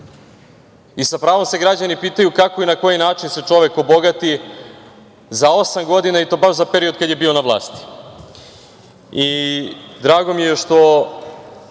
Sa pravom se građani pitaju kako i na koji način se čovek obogati za osam godina i to baš za period kada je bio na vlasti. Drago mi je što